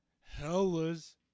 hellas